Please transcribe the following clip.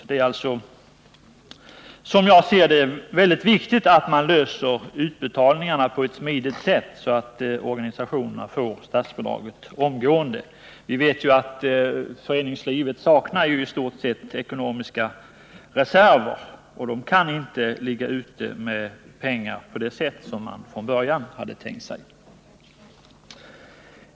Det är som jag ser det mycket viktigt att man löser frågan om utbetalningarna på ett smidigt sätt, så att organisationerna får statsbidraget omgående. Vi vet ju att föreningslivet i stort sett saknar ekonomiska reserver. De organisationer det gäller kan inte ligga ute med pengar på det sätt som man från början hade tänkt sig.